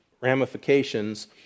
ramifications